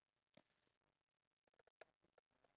what what food do chicken eat